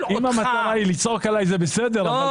אם המטרה היא לצעוק עליי זה בסדר אבל תנו לי להשלים משפט.